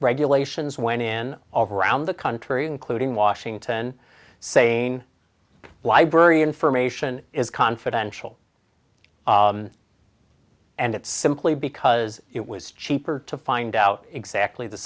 regulations went in all around the country including washington saying library information is confidential and it's simply because it was cheaper to find out exactly the